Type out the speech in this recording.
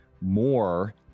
more